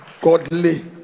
Godly